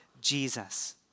Jesus